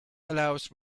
allows